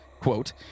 quote